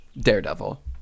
Daredevil